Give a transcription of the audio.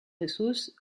jesús